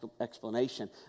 explanation